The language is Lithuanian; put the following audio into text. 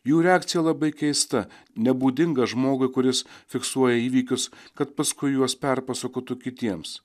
jų reakcija labai keista nebūdinga žmogui kuris fiksuoja įvykius kad paskui juos perpasakotų kitiems